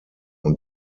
und